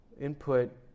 input